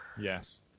Yes